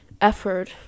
effort